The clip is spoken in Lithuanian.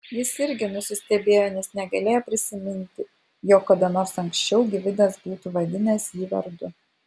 jis irgi nusistebėjo nes negalėjo prisiminti jog kada nors anksčiau gvidas būtų vadinęs jį vardu